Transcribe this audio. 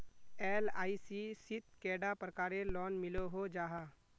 LIC शित कैडा प्रकारेर लोन मिलोहो जाहा?